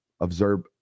Observe